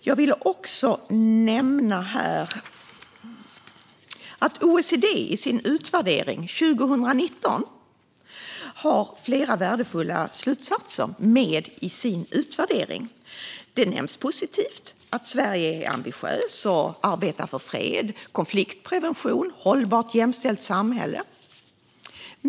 Jag vill också nämna att OECD i sin utvärdering 2019 har med flera värdefulla slutsatser. Det nämns positivt att Sverige är ambitiöst och arbetar för fred, konfliktprevention och ett hållbart och jämställt samhälle.